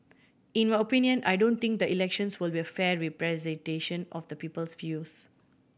in my opinion I don't think the elections will be a fair representation of the people's views